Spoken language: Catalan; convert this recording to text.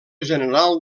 general